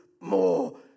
more